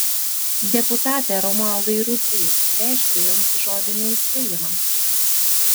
deputate romualdai rudzy reiškiu jums žodinį įspėjimą